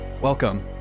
Welcome